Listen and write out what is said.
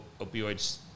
opioids